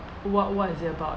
what what is it about